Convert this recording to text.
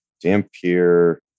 dampier